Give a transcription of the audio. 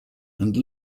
and